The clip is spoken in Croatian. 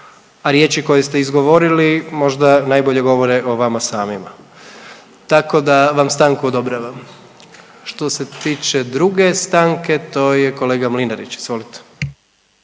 a riječi koje ste izgovorili možda najbolje govore o vama samima. Tako da vam stanku odobravam. Što se tiče druge stanke to je kolega Mlinarić, izvolite.